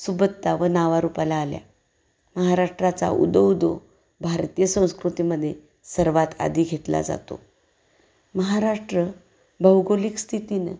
सुबत्ता व नावारूपाला आल्या महाराष्ट्राचा उदो उदो भारतीय संस्कृतीमध्ये सर्वात आधी घेतला जातो महाराष्ट्र भौगोलिक स्थितीनं